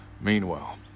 Meanwhile